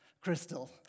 Crystal